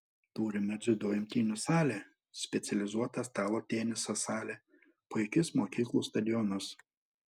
turime dziudo imtynių salę specializuotą stalo teniso salę puikius mokyklų stadionus